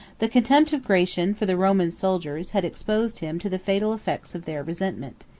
the contempt of gratian for the roman soldiers had exposed him to the fatal effects of their resentment.